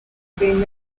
been